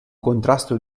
contrasto